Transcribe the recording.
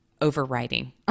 overriding